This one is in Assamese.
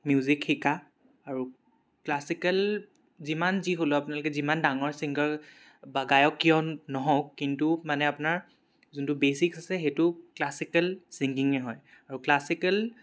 মিউজিক শিকা আৰু ক্লাছিকেল যিমান যি হ'লেও আপোনালোকে যিমান ডাঙৰ ছিংগাৰ বা গায়ক কিয় নহওক কিন্তু মানে আপোনাৰ যোনটো বেছিকছ আছে সেইটো ক্লাছিকেল ছিংগিঙে হয় আৰু ক্লাছিকেল